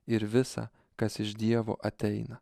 ir visa kas iš dievo ateina